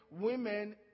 women